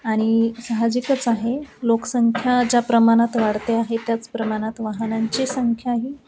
आणि सहजिकच आहे लोकसंख्या ज्या प्रमाणात वाढते आहे त्याच प्रमाणात वाहनांची संख्याही